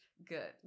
good